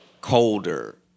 colder